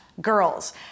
girls